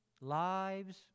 lives